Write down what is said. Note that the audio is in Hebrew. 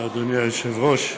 אדוני היושב-ראש,